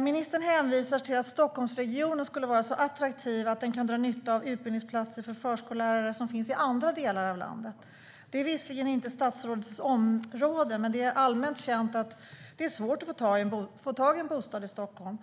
Ministern hänvisar till att Stockholmsregionen är så attraktiv att regionen kan dra nytta av utbildningsplatser för förskollärare som finns i andra delar av landet. Det är visserligen inte statsrådets område, men det är allmänt känt att det är svårt att få tag i en bostad i Stockholm.